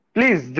Please